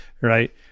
right